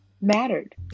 mattered